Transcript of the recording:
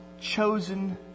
chosen